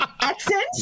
accent